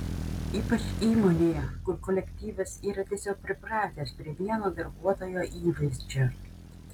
ypač įmonėje kur kolektyvas yra tiesiog pripratęs prie vieno darbuotojo įvaizdžio